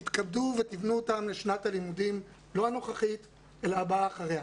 תתכבדו ותבנו אותן לשנת הלימודים לא הנוכחית אלא הבאה אחריה.